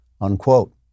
unquote